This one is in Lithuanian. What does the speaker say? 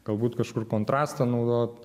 galbūt kažkur kontrastą naudot